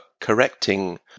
correcting